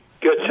Good